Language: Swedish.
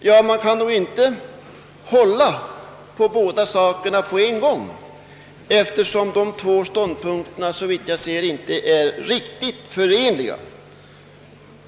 Men det går nog inte att plädera för båda dessa ting på en gång — de två ståndpunkterna är, såvitt jag förstår, inte förenliga.